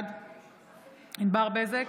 בעד ענבר בזק,